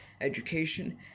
education